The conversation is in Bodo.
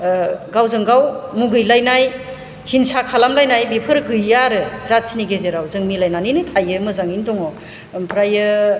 गावजोंगाव मुगैलायनाय हिंसा खालामलायनाय बिफोर गैया आरो जाथिनि गेजेराव जों मिलायनानैनो थायो मोजाङैनो दङ ओमफ्रायो